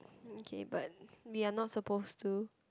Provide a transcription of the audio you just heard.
okay but we're not supposed to